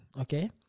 okay